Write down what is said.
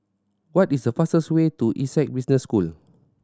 what is the fastest way to Essec Business School